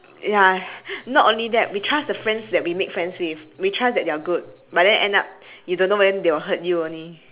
ya not only that we trust the friends that we make friends with we trust that they're good but then end up you don't know when they will hurt you only